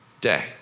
day